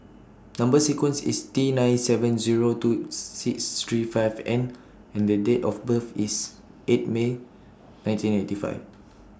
Number sequence IS T nine seven Zero two six three five N and Date of birth IS eight May nineteen eighty five